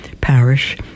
parish